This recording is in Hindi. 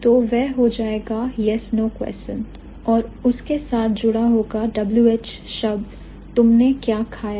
तो वह हो जाएगा yes no question में और उसके साथ जुड़ा होगा WH शब्द तुमने क्या खाया